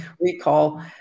recall